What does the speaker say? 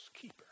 keeper